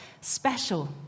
special